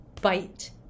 bite